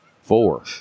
Four